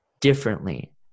differently